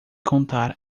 contar